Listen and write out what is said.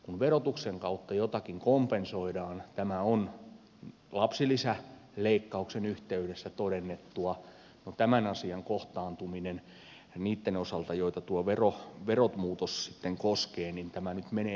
kun verotuksen kautta jotakin kompensoidaan tämä on lapsilisäleikkauksen yhteydessä todennettua niin vaikka tämän asian kohtaantuminen menee nyt edes hieman paremmin niitten osalta joita tuo veromuutos koskee niin tämä mene